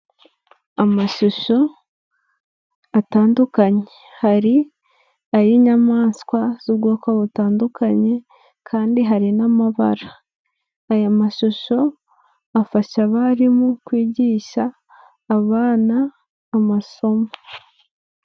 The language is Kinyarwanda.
Amashusho atandukanye, hari ay'inyamaswa z'ubwoko butandukanye, kandi hari n'amabara. Aya mashusho afasha abarimu kwigisha abana amasomo.